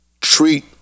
treat